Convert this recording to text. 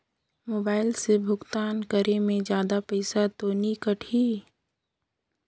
Mobile से भुगतान करे मे जादा पईसा तो नि कटही?